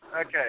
okay